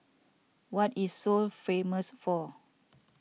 what is Seoul famous for